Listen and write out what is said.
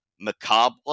Macabre